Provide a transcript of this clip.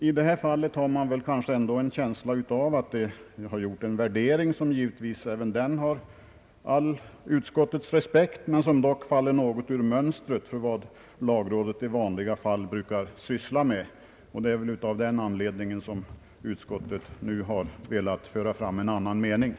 I detta fall har man dock en känsla av att lagrådet gjort en värdering, som givetvis även den har all ut skottets respekt men som dock faller utanför mönstret för vad lagrådet i vanliga fall brukar syssla med. Det är närmast av den anledningen som utskottet nu inte velat godtaga dess synpunkter.